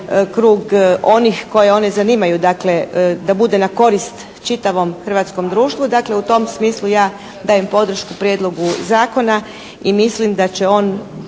krug onih koje one zanimanju. Dakle da bude na korist čitavom hrvatskom društvu. Dakle u tom smislu ja dajem podršku prijedlogu zakona. I mislim da će on